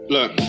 Look